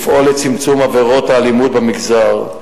לפעול לצמצום עבירות האלימות במגזר,